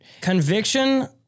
Conviction